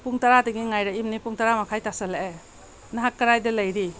ꯄꯨꯡ ꯇꯔꯥꯗꯒꯤ ꯉꯥꯏꯔꯛꯂꯤꯕꯅꯤ ꯄꯨꯡ ꯇꯔꯥ ꯃꯈꯥꯏ ꯇꯥꯁꯤꯜꯂꯛꯑꯦ ꯅꯍꯥꯛ ꯀꯗꯥꯏꯗ ꯂꯩꯔꯤ